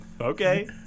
Okay